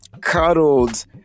cuddled